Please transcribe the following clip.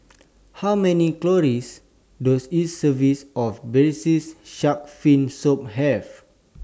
How Many Calories Does A Service of Braised Shark Fin Soup Have